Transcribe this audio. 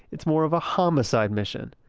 it's more of a homicide mission.